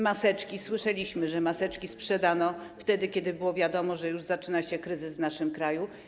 Maseczki - słyszeliśmy, że maseczki sprzedano, kiedy było wiadomo, że zaczyna się kryzys w naszym kraju.